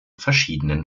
verschiedenen